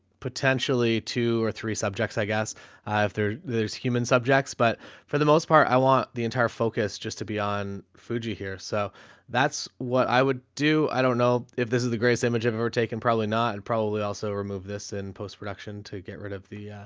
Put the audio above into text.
potentially two or three subjects. i guess i, if there, there's human subjects, but for the most part i want the entire focus just to be on fuji here. so that's what i would do. i don't know if this is the greatest image i've ever taken. probably not. and probably also remove this in post-production to get rid of the,